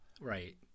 Right